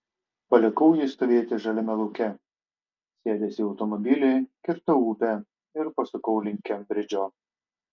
palikau jį stovėti žaliame lauke sėdęs į automobilį kirtau upę ir pasukau link kembridžo